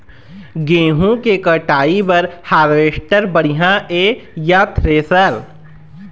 गेहूं के कटाई बर हारवेस्टर बढ़िया ये या थ्रेसर?